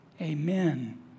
Amen